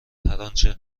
هرآنچه